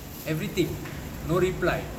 everything no reply